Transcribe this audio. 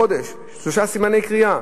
שלושה סימני קריאה.